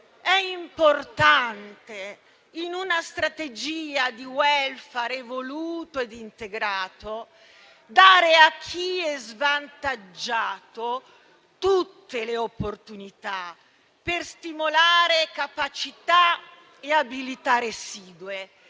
è importante, in una strategia di *welfare* evoluto ed integrato, dare a chi è svantaggiato tutte le opportunità per stimolare capacità e abilità residue,